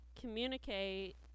Communicate